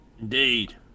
Indeed